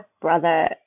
brother